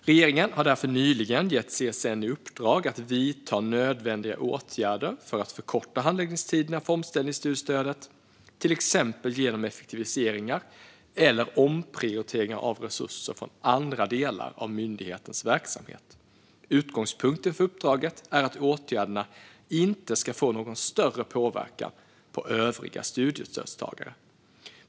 Regeringen har därför nyligen gett CSN i uppdrag att vidta nödvändiga åtgärder för att förkorta handläggningstiderna för omställningsstudiestödet, till exempel genom effektiviseringar eller omprioritering av resurser från andra delar av myndighetens verksamhet. Utgångspunkten för uppdraget är att åtgärderna inte ska få någon större påverkan på övriga studiestödstagare.